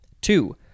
Two